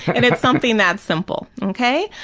and it's something that simple, okay?